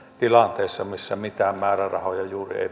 tilanteessa missä juuri mitään määrärahoja ei